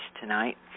tonight